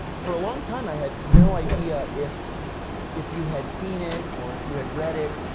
for a long time i had no idea if if you had seen it, or if you had read it.